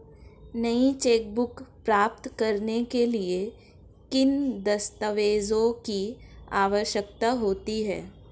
नई चेकबुक प्राप्त करने के लिए किन दस्तावेज़ों की आवश्यकता होती है?